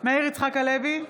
מאיר יצחק הלוי,